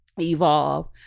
evolve